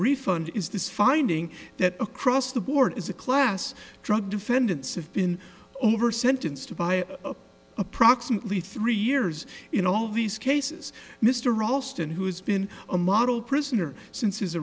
refund is this finding that across the board is a class drug defendants have been over sentenced by approximately three years in all these cases mr ralston who has been a model prisoner since his